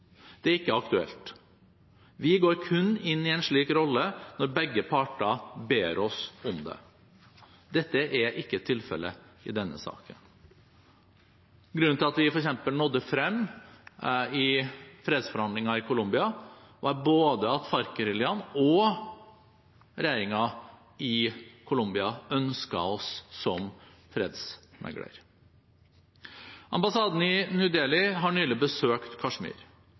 Det er ikke aktuelt. Vi går kun inn i en slik rolle når begge parter ber oss om det. Det er ikke tilfellet i denne saken. Grunnen til at vi f.eks. nådde frem i fredsforhandlingene i Colombia, var at både FARC-geriljaen og regjeringen i Colombia ønsket oss som fredsmegler. Ambassaden i New Delhi har nylig besøkt Kashmir.